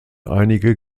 einige